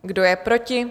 Kdo je proti?